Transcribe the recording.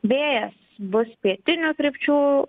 vėjas bus pietinių krypčių